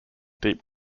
deep